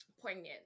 poignant